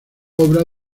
obra